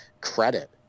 Credit